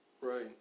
Right